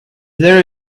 there